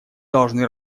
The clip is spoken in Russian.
должны